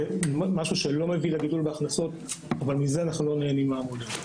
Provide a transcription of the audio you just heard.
משהו שלא מביא לגידול בהכנסות אבל בזה אנחנו לא נהנים מהמודל.